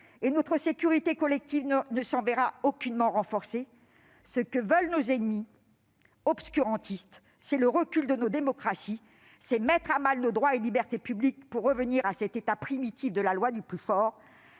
et notre sécurité collective ne se trouvera aucunement renforcée. Ce que veulent nos ennemis obscurantistes, c'est le recul de nos démocraties, la mise à mal de nos droits et de nos libertés publiques, pour revenir à cet état primitif de la loi du plus fort.